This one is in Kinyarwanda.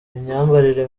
imyambarire